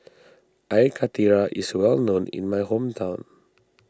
Air Karthira is well known in my hometown